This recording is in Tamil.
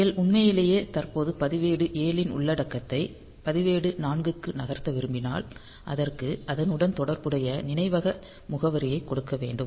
நீங்கள் உண்மையிலேயே தற்போதைய பதிவேடு 7 இன் உள்ளடக்கத்தை பதிவேடு 4 க்கு நகர்த்த விரும்பினால் அதற்கு அதனுடன் தொடர்புடைய நினைவக முகவரியை கொடுக்க வேண்டும்